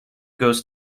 goes